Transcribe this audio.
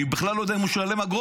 אני בכלל לא יודע אם הוא משלם אגרות